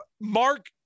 Mark